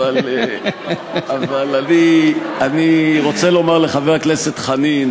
אבל אני רוצה לומר לחבר הכנסת חנין,